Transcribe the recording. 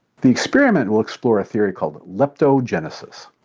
the experiment will explore a theory called leptogenesis.